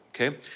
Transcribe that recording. okay